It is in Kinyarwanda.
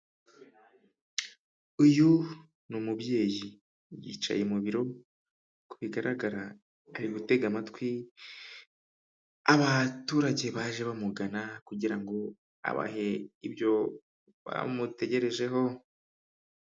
Uyu ni umubyeyi yicaye mu biro uko bigaragara ari gutega amatwi abaturage baje bamugana kugira ngo abahe ibyo bamutegerejeho.